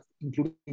including